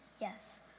Yes